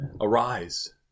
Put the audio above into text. Arise